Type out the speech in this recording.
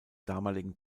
damaligen